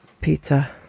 Pizza